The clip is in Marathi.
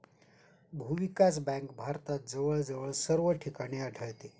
भूविकास बँक भारतात जवळजवळ सर्व ठिकाणी आढळते